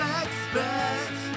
expect